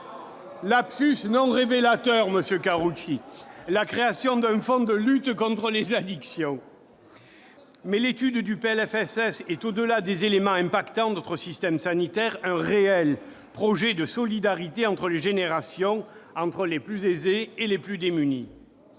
nous avons voté pour la création d'un fonds de lutte contre les addictions. Mais l'étude du PLFSS montre que ce texte, au-delà des éléments impactant notre système sanitaire, est un réel projet de solidarité entre les générations, entre les plus aisés et les plus démunis.